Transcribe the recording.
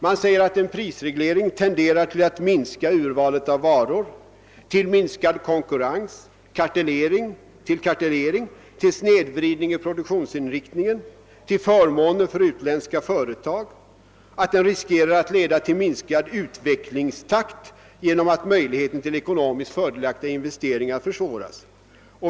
Man säger i utlåtandet att en prisreglering tenderar att minska urvalet av varor, att leda till minskad konkurrens, kartellering, snedvridning i produktionsinriktningen, förmåner för utländska företag och till minskad utvecklingstakt genom att möjligheten till ekonomiskt fördelaktiga investeringar försvåras.